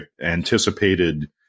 anticipated